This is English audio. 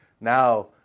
now